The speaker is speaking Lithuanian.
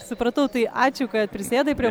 supratau tai ačiū kad prisėdai prie